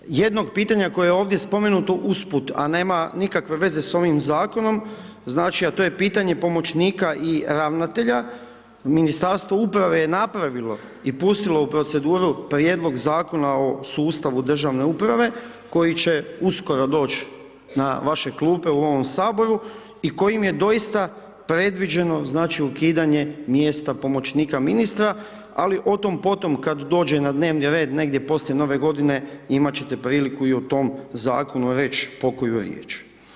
Što se tiče jednog pitanja koje je ovdje spomenuto usput a nema nikakve veze sa ovim zakonom znači a to je pitanje pomoćnika i ravnatelja, Ministarstvo uprave je napravilo i pustilo u proceduru Prijedlog zakona o sustavu državne uprave koji će uskoro doći na vaše klupe u ovom Saboru i kojim je doista predviđeno znači ukidanje mjesta pomoćnika ministra ali o tom potom kad dođe na dnevni red negdje poslije nove godine imati ćete priliku i o tom zakonu reći pokoju riječ.